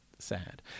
sad